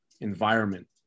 environment